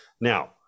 Now